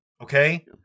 Okay